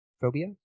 phobia